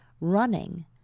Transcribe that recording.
running